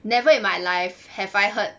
never in my life have I heard